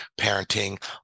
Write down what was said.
parenting